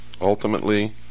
ultimately